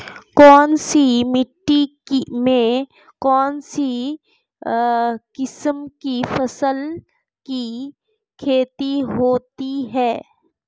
कौनसी मिट्टी में कौनसी किस्म की फसल की खेती होती है?